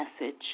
message